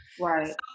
Right